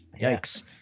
yikes